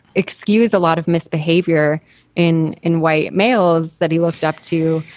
excuse a lot of misbehavior in in white males that he looked up to,